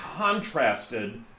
contrasted